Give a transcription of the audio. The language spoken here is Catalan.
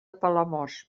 palamós